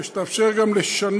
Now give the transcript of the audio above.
אלא שהיא תאפשר גם לשנות